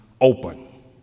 open